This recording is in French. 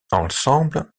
ensemble